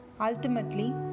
Ultimately